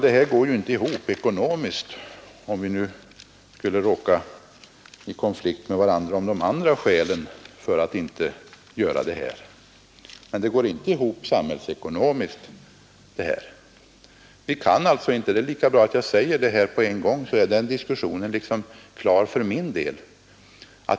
Detta går ju inte ihop ekonomiskt, herr Torwald. Det är lika bra att jag säger det med en gång, så är den diskussionen klar för min del och vi behöver inte råka i konflikt med varandra om de övriga skälen för att inte vidta de föreslagna åtgärderna. Det går inte ihop samhällsekonomiskt.